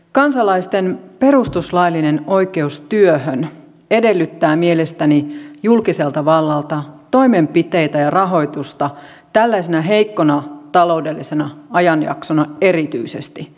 kansalaisten perustuslaillinen oikeus työhön edellyttää mielestäni julkiselta vallalta toimenpiteitä ja rahoitusta tällaisena heikkona taloudellisena ajanjaksona erityisesti